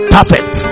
Perfect